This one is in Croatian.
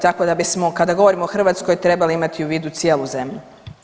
Tako da bismo kada govorimo o Hrvatskoj trebali imati u vidu cijelu zemlju.